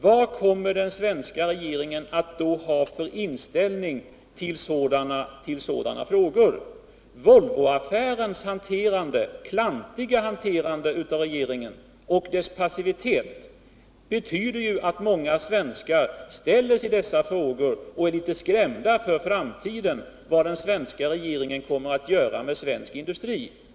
Vad kommer den svenska regeringen då att ha för inställning till de frågorna? Volvoaffärens klantiga hanterande av regeringen och regeringens passivitet betyder att många svenskar ställer sig dessa frågor och det gör att de inför framtiden är litet skrämda för vad den svenska regeringen kommer att göra med svensk industri.